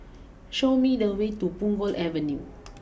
show me the way to Punggol Avenue